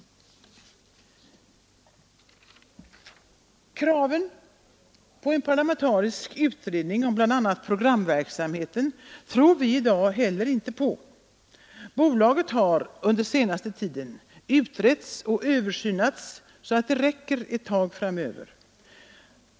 Kravet på en parlamentarisk utredning om bl.a. programverksamheten tror vi i dag heller inte på. Bolaget har under senaste tiden blivit föremål för översyn och utredningar så att det räcker ett tag framöver.